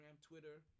Twitter